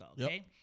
okay